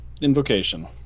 invocation